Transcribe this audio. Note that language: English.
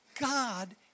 God